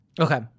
Okay